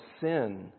sin